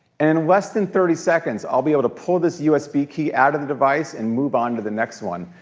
and in less than thirty seconds i'll be able to pull this usb key out of the device and move on to the next one.